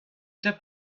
top